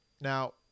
Now